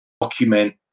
document